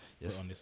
Yes